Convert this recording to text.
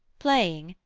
playing,